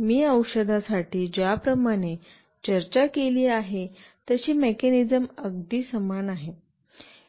मी औषधासाठी ज्याप्रमाणे चर्चा केली आहे तशी मेकॅनिज्म अगदी समान आहे